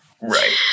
Right